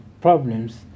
problems